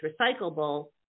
recyclable